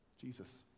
Jesus